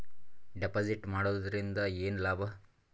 Deposit ಮಾಡುದರಿಂದ ಏನು ಲಾಭ?